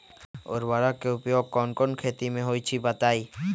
उर्वरक के उपयोग कौन कौन खेती मे होई छई बताई?